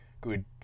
good